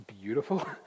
beautiful